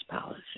policy